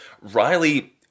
Riley